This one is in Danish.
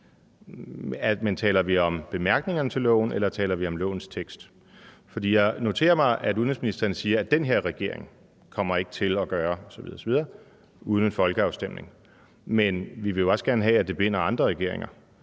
men taler vi om bemærkningerne til loven, eller taler vi om lovens tekst? For jeg noterer mig, at udenrigsministeren siger, at den her regering ikke kommer til at gøre visse ting uden en folkeafstemning, men vi vil jo også gerne have, at det binder efterfølgende regeringer.